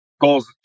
goals